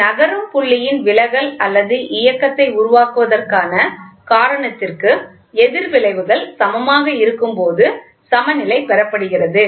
ஒரு நகரும் புள்ளியின் விலகல் அல்லது இயக்கத்தை உருவாக்குவதற்கான காரணத்திற்கு எதிர் விளைவுகள் சமமாக இருக்கும்போது சமநிலை பெறப்படுகிறது